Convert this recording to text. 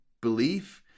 belief